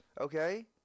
Okay